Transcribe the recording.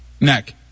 Neck